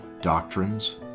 doctrines